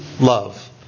love